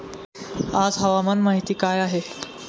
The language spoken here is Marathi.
आज हवामान माहिती काय आहे?